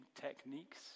techniques